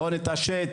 בואו נתעשת,